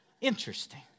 Interesting